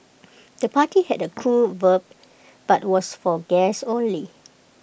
the party had A cool vibe but was for guests only